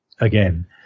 again